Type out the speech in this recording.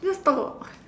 let's talk about